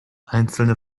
einzelne